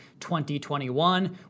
2021